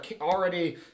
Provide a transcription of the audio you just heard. already